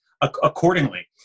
accordingly